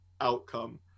outcome